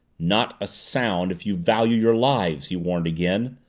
not a sound if you value your lives! he warned again,